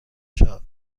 شاد